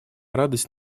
радость